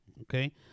Okay